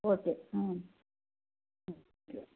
okay hmm okay